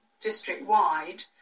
district-wide